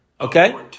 Okay